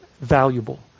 valuable